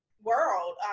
world